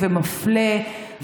מפלה,